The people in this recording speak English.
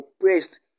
oppressed